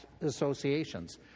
associations